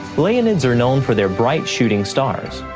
leonids are known for their bright shooting stars.